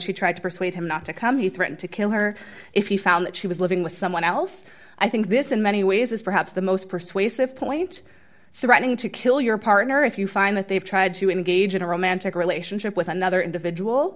she tried to persuade him not to come he threatened to kill her if he found that she was living with someone else i think this in many ways is perhaps the most persuasive point threatening to kill your partner if you find that they have tried to engage in a romantic relationship with another individual